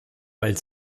weil